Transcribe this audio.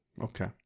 Okay